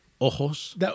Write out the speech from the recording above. ojos